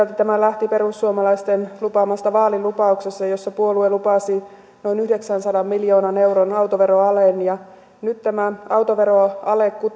tämä lähti perussuomalaisten lupaamasta vaalilupauksesta jossa puolue lupasi noin yhdeksänsadan miljoonan euron autoveroalen nyt tämä autoveroale